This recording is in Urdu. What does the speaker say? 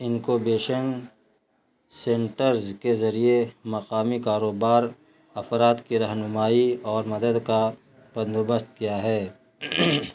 انکوبیشن سینٹرز کے ذریعے مقامی کاروبار افراد کی رہنمائی اور مدد کا بندوبست کیا ہے